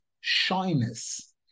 shyness